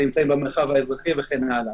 שנמצאים במרחב האזרחי וכן הלאה.